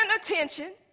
attention